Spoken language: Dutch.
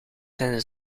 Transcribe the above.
zijn